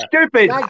stupid